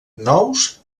nous